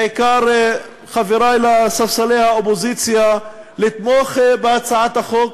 בעיקר לחברי לספסלי האופוזיציה, לתמוך בהצעת החוק,